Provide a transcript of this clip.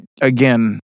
again